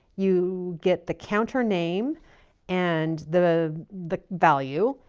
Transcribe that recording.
you get the counter name and the the value.